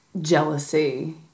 jealousy